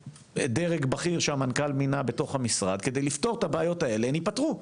דרג בכיר שהמנכ"ל מינה בתוך המשרד כדי לפתור את הבעיות האלו הן יפתרו,